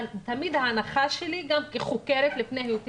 תמיד ההנחה שלי גם כחוקרת לפני היותי